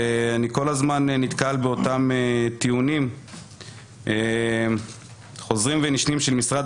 ואני כל הזמן נתקל באותם טיעונים חוזרים ונשנים של משרד